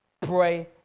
pray